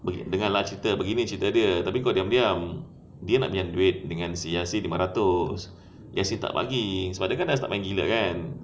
dengar lah cerita begini cerita dia tapi kau diam-diam dia nak pinjam duit dengan si yasir lima ratus yasir tak bagi sebab dia kan dah start main gila kan